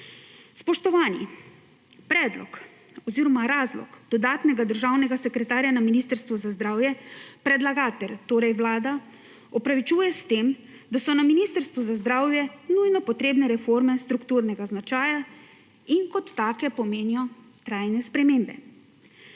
Spoštovani! Predlog oziroma razlog dodatnega državnega sekretarja na Ministrstvu za zdravje predlagatelj, torej Vlada, opravičuje s tem, da so na Ministrstvu za zdravje nujno potrebne reforme strukturnega značaja in kot take pomenijo trajne spremembe.